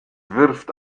wirft